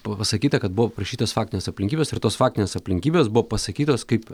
buvo pasakyta kad buvo parašytos faktinės aplinkybės ir tos faktinės aplinkybės buvo pasakytos kaip